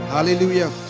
hallelujah